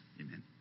amen